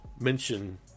mention